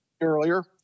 earlier—